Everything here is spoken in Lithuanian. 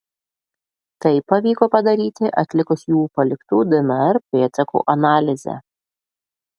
tai pavyko padaryti atlikus jų paliktų dnr pėdsakų analizę